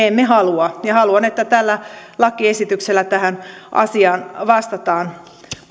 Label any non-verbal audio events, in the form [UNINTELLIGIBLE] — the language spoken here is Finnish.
[UNINTELLIGIBLE] emme halua ja haluan että tällä lakiesityksellä tähän asiaan vastataan